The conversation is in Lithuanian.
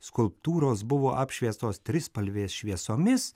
skulptūros buvo apšviestos trispalvės šviesomis